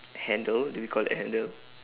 handle do we call it a handle